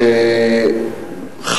תודה,